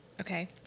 Okay